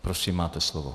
Prosím, máte slovo.